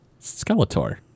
Skeletor